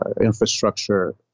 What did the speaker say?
infrastructure